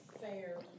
fair